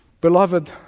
Beloved